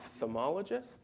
ophthalmologist